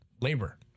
labor